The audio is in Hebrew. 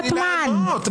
אז תני לענות.